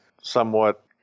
somewhat